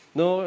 no